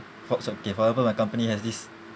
my company has this